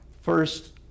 First